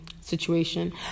situation